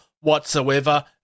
whatsoever